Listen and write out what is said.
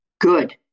good